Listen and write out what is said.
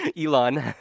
Elon